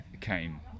came